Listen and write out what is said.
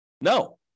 No